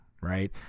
right